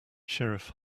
sheriff